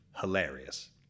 hilarious